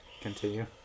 continue